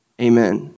Amen